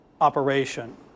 operation